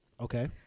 Okay